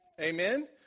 Amen